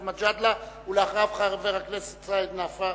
מג'אדלה, ואחריו, חבר הכנסת סעיד נפאע.